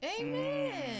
amen